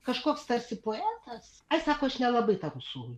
kažkoks tarsi poetas sako aš nelabai tą rusų